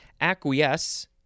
Acquiesce